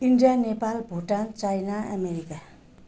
India Nepal Bhutan China America